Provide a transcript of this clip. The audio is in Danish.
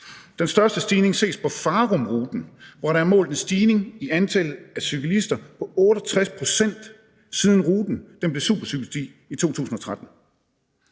Den største stigning ses på Farumruten, hvor der er målt en stigning i antallet af cyklister på 68 pct., siden ruten blev supercykelsti i 2013.